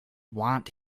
want